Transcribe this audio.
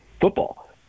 football